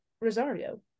Rosario